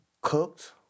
Cooked